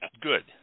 good